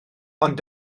ond